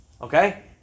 Okay